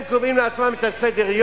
הם קובעים לעצם את סדר-היום,